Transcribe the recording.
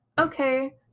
Okay